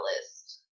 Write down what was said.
list